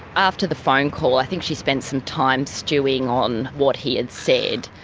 after the phone call, i think she spent some time stewing on what he had said.